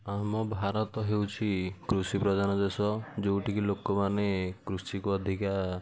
ଆମ ଭାରତ ହେଉଛି କୃଷିପ୍ରଧାନ ଦେଶ ଯେଉଁଠିକି ଲୋକମାନେ କୃଷିକୁ ଅଧିକା